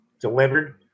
delivered